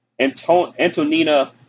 Antonina